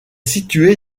situé